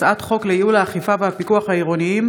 הצעת חוק לייעול האכיפה והפיקוח העירוניים